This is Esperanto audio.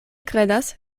kredas